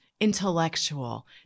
intellectual